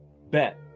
Bet